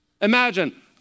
Imagine